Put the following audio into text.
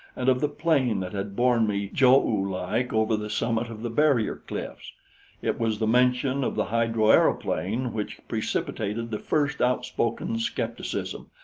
and of the plane that had borne me jo-oo-like over the summit of the barrier-cliffs. it was the mention of the hydroaeroplane which precipitated the first outspoken skepticism,